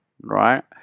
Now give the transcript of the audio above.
Right